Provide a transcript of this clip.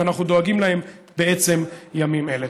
ואנחנו דואגים להם בעצם ימים אלה.